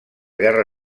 guerra